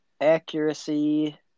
accuracy –